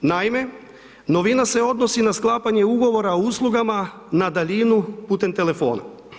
Naime, novina se odnosi na sklapanje ugovora o uslugama na daljinu putem telefona.